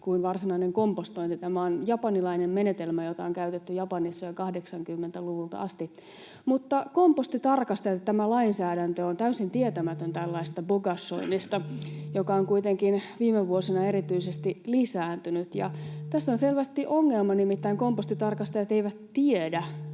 kuin varsinainen kompostointi. Tämä on japanilainen menetelmä, jota on käytetty Japanissa jo 80-luvulta asti. Mutta kompostitarkastajat ja tämä lainsäädäntö ovat täysin tietämättömiä tällaisesta bokashoinnista, joka on kuitenkin erityisesti viime vuosina lisääntynyt. Tässä on selvästi ongelma, nimittäin kompostitarkastajat eivät tiedä,